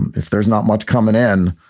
and if there's not much coming in,